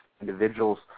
individuals